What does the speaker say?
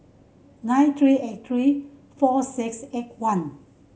nine three eight three four six eight one